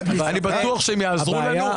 ואני בטוח שהם יעזרו לנו,